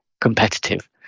competitive